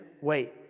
wait